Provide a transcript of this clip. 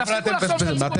תפסיקו לחשוב שאתם